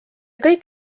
kõik